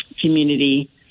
community